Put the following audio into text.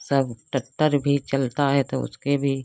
सब टट्टर भी चलता है तो उसके भी